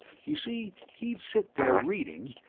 you see, he'd sit there reading,